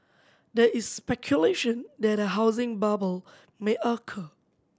there is speculation that a housing bubble may occur